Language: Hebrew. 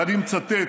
ואני מצטט,